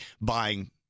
buying